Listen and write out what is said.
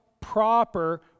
proper